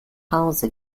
hause